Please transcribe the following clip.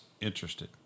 interested